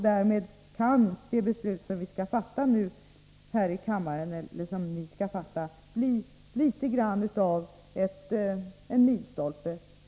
Därmed kan det beslut som ni skall fatta nu här i kammaren bli litet grand av en milstolpe.